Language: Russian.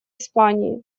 испании